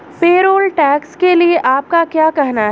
Payroll tax के लिए आपका क्या कहना है?